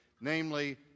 namely